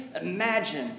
imagine